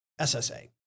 SSA